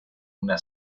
una